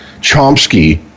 Chomsky